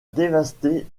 dévasté